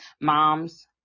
moms